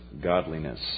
godliness